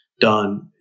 done